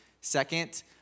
Second